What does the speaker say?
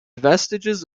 vestiges